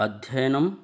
अध्ययनम्